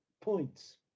points